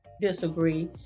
disagree